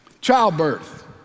Childbirth